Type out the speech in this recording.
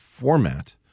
format